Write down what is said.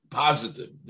positive